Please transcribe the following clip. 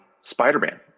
spider-man